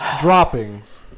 Droppings